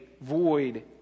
void